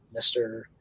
Mr